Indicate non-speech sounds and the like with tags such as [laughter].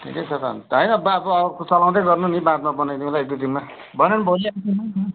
ठिकै छ त अन्त होइन बादमा अर्को चलाउँदै गर्नु नि बादमा बनाइदिउँला एक दुई दिनमा भरै भोलि [unintelligible]